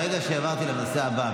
ברגע שעברתי לנושא הבא,